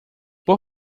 por